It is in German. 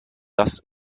das